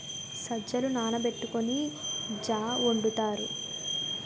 సజ్జలు నానబెట్టుకొని జా వొండుతారు